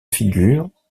figures